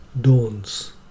dawns